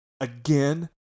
again